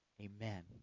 Amen